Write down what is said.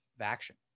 action